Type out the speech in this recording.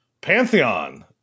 pantheon